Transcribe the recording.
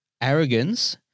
arrogance